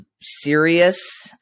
serious